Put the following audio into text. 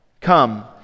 come